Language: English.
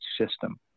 system